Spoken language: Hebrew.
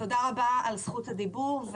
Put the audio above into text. תודה רבה על זכות הדיבור,